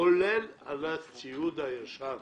כולל על הציוד הישן.